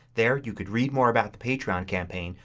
there you could read more about the patreon campaign.